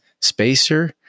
spacer